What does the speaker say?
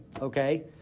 okay